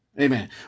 amen